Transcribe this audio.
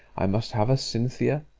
i must have a cynthia,